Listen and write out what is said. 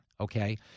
okay